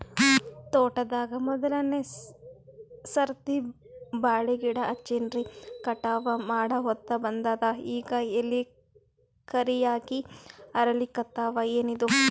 ತೋಟದಾಗ ಮೋದಲನೆ ಸರ್ತಿ ಬಾಳಿ ಗಿಡ ಹಚ್ಚಿನ್ರಿ, ಕಟಾವ ಮಾಡಹೊತ್ತ ಬಂದದ ಈಗ ಎಲಿ ಕರಿಯಾಗಿ ಹರಿಲಿಕತ್ತಾವ, ಏನಿದು?